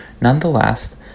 nonetheless